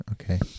Okay